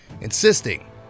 insisting